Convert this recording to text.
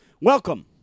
Welcome